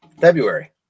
February